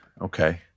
Okay